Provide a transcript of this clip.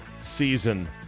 season